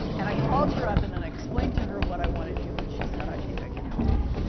and i called her up. and then, i explained to her what i want to do. and she said, i think i can help you.